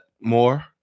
more